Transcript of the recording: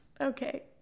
Okay